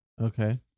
Okay